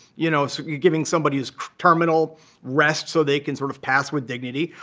you know so you're giving somebody who's terminal rest so they can sort of pass with dignity.